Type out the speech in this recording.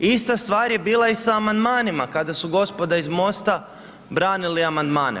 Ista stvar je bila i sa amandmanima, kada su gospoda iz Mosta branili amandmane.